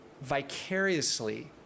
vicariously